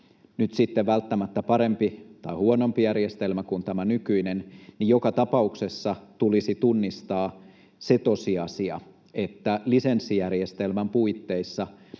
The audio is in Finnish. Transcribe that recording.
nyt sitten välttämättä parempi, tai huonompi, järjestelmä kuin tämä nykyinen, joka tapauksessa tulisi tunnistaa se tosiasia, että lisenssijärjestelmän puitteissa